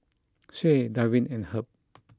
Shae Davin and Herb